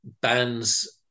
bands